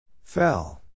Fell